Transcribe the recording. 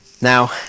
Now